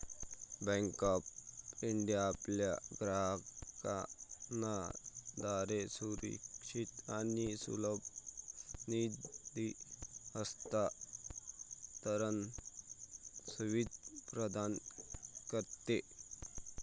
bank of India आपल्या ग्राहकांना याद्वारे सुरक्षित आणि सुलभ निधी हस्तांतरण सुविधा प्रदान करते